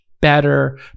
better